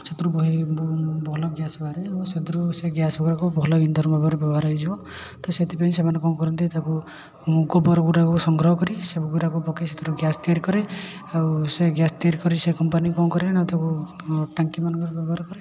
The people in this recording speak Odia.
ସେଥିରୁ ବହେ ଭଲ ଗ୍ୟାସ୍ ବାହାରେ ଏବଂ ସେଥିରୁ ସେ ଗ୍ୟାସ୍ ଗୁଡ଼ାକୁ ଭଲ ଇନ୍ଧନ ଭାବରେ ବ୍ୟବହାର ହେଇଯିବ ତ ସେଥିପାଇଁ ସେମାନେ କ'ଣ କରନ୍ତି ତାକୁ ଗୋବର ଗୁଡ଼ାକୁ ସଂଗ୍ରହ କରି ସବୁଗୁଡ଼ାକୁ ପକେଇକି ସେଥିରୁ ଗ୍ୟାସ୍ ତିଆରି କରେ ଆଉ ସେହି ଗ୍ୟାସ୍ ତିଆରି କରି ସେଇ କମ୍ପାନୀ କ'ଣ କରେ ନା ତାକୁ ଟାଙ୍କିମାନଙ୍କରେ ବ୍ୟବହାର କରେ